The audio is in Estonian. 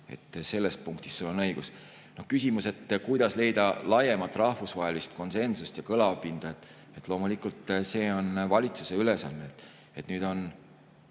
Selles punktis on sul õigus. Küsimus, kuidas leida laiemat rahvusvahelist konsensust ja kõlapinda. Loomulikult, see on valitsuse ülesanne. Me